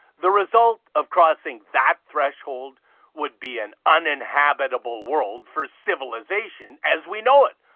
the result of crossing that threshold would be an uninhabitable world for civilisation as we know it.